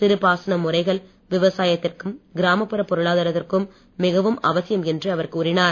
சிறுபாசன முறைகள் விவசாயத்திற்கும் கிராமப்புற பொருளாதாரத்திற்கும் மிகவும் அவசியம் என்று அவர் கூறினார்